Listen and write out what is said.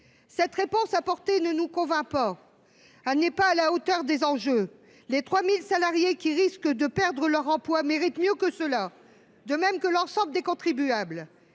Cette réponse ne nous convainc pas. Elle n’est pas à la hauteur des enjeux. Les 3 000 salariés qui risquent de perdre leur emploi, de même que l’ensemble des contribuables,